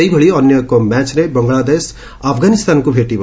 ସେହିଭଳି ଅନ୍ୟ ଏକ ମ୍ୟାଚ୍ରେ ବାଂଲାଦେଶ ଆଫଗାନିସ୍ଥାନକୁ ଭେଟିବ